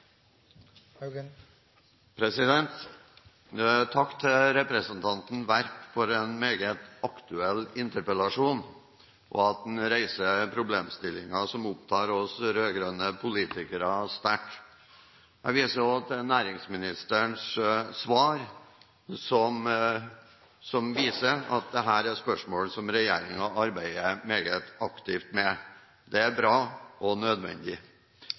Takk til representanten Werp for en meget aktuell interpellasjon og for at han reiser problemstillinger som opptar oss rød-grønne politikere sterkt. Jeg viser også til næringsministerens svar, som viser at dette er spørsmål som regjeringen arbeider meget aktivt med. Det er bra og nødvendig.